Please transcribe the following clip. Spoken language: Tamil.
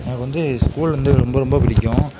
எனக்கு வந்து ஸ்கூல் வந்து ரொம்ப ரொம்ப பிடிக்கும்